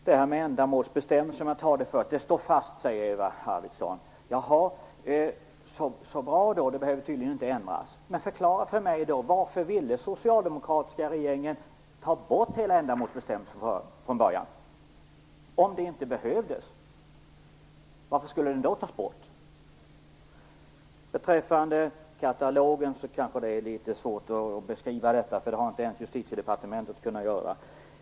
Herr talman! Eva Arvidsson sade att ändamålsbestämmelsen står fast. Så bra, då behöver de tydligen inte ändras. Men förklara för mig varför den socialdemokratiska regeringen ville ta bort ändamålsbestämmelsen från början om det inte behövdes. Varför skulle den då tas bort? Det är kanske svårt att beskriva detta med katalogen - det har inte ens Justitiedepartementet lyckats göra.